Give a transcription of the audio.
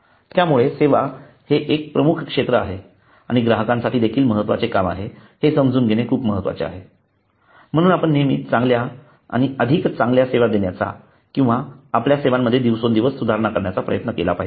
त्यामुळे सेवा हे एक प्रमुख क्षेत्र आहे आणि ग्राहकांसाठी देखील महत्त्वाचे काम आहे हे समजून घेणे खूप महत्त्वाचे आहे म्हणून आपण नेहमी चांगल्या आणि अधिक चांगल्या सेवा देण्याचा किंवा आपल्या सेवांमध्ये दिवसेंदिवस सुधारणा करण्याचा प्रयत्न केला पाहिजे